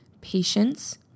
patience